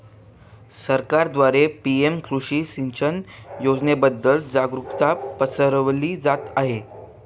सरकारद्वारे पी.एम कृषी सिंचन योजनेबद्दल जागरुकता पसरवली जात आहे